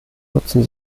nutzen